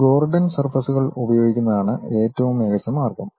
ഈ ഗോർഡൻ സർഫസ്കൾ ഉപയോഗിക്കുന്നതാണ് ഏറ്റവും മികച്ച മാർഗം